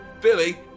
Billy